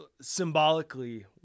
symbolically